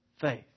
Faith